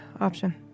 option